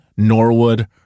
Norwood